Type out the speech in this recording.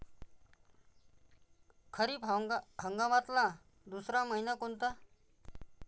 खरीप हंगामातला दुसरा मइना कोनता?